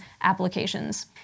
applications